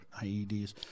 IEDs